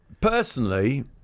personally